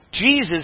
Jesus